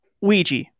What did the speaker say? Ouija